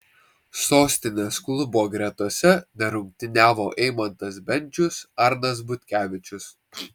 sostinės klubo gretose nerungtyniavo eimantas bendžius arnas butkevičius